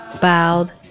bowed